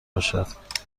باشد